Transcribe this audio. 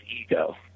ego